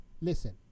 listen